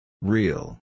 Real